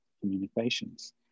communications